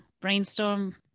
brainstorm